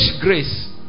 grace